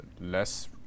less